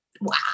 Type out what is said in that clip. wow